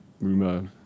rumor